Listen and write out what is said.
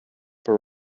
for